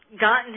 gotten